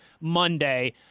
Monday